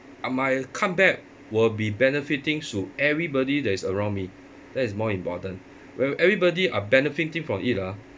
uh my comeback will be benefiting to everybody that is around me that is more important when everybody are benefiting from it ah